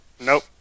Nope